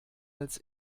als